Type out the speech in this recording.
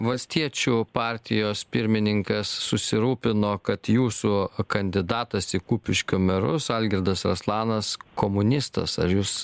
valstiečių partijos pirmininkas susirūpino kad jūsų kandidatas į kupiškio merus algirdas raslanas komunistas ar jūs